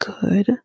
good